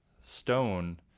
stone